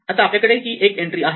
आता आपल्याकडे ही एक एन्ट्री आहे